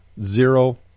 Zero